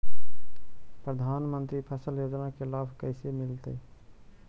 प्रधानमंत्री फसल योजना के लाभ कैसे मिलतै?